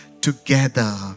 together